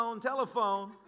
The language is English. telephone